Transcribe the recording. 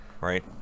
right